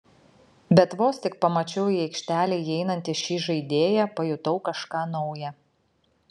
bet vos tik pamačiau į aikštelę įeinantį šį žaidėją pajutau kažką nauja